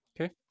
Okay